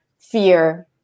fear